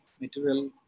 material